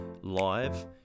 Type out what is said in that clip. live